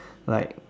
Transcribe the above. like